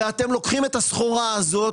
ואתם לוקחים את הסחורה הזאת